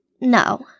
no